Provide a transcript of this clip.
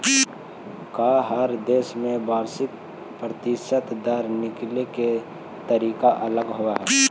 का हर देश में वार्षिक प्रतिशत दर निकाले के तरीका अलग होवऽ हइ?